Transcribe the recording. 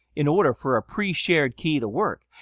in order for a pre shared key to work,